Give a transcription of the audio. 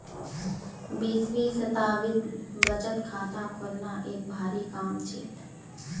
बीसवीं शताब्दीत बचत खाता खोलना एक भारी काम छील